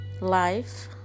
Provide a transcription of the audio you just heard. life